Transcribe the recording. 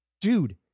Dude